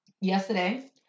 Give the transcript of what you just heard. yesterday